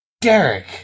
Derek